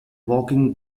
walking